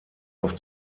auf